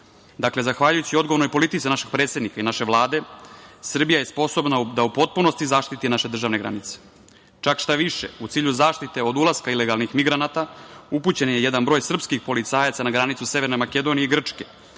Dakle, zahvaljujući odgovornoj politici našeg predsednika i naše Vlade, Srbija je sposobna da u potpunosti zaštiti naše državne granice. Čak šta više, u cilju zaštite od ulaska ilegalnih migranata, upućen je jedan broj srpskih policajaca na granicu Severne Makedonije i Grčke